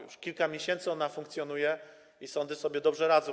Już kilka miesięcy ona funkcjonuje i sądy sobie dobrze radzą.